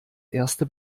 erste